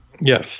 Yes